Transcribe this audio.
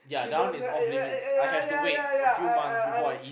she don't uh eh uh ya ya ya ya I I I